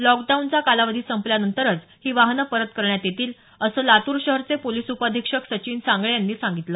लॉकडाऊनचा कालावधी संपल्यानंतरच ही वाहनं परत करण्यार येतील असं लातूर शहरचे पोलिस उपअधिक्षक सचिन सांगळे यांनी सांगितलं